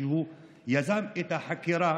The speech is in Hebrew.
שיזם את החקירה